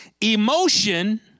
Emotion